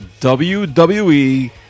WWE